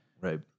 Right